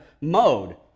mode